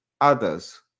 others